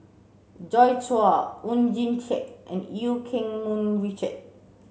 Joi Chua Oon Jin Teik and Eu Keng Mun Richard